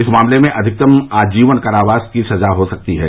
इस मामले में अधिकतम आजीवन कारावास की सजा हो सकती है